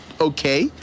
okay